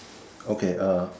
okay uh